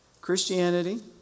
Christianity